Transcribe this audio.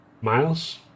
Miles